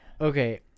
okay